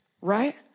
right